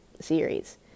series